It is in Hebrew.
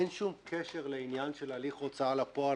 אין שום קשר לעניין של הליך הוצאה לפועל,